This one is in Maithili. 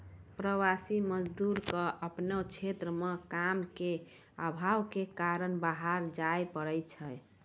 प्रवासी मजदूर क आपनो क्षेत्र म काम के आभाव कॅ कारन बाहर जाय पड़ै छै